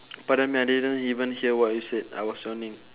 pardon me I didn't even hear what you said I was yawning